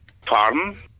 Pardon